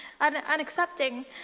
unaccepting